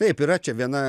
taip yra čia viena